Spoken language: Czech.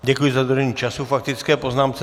Děkuji za dodržení času k faktické poznámce.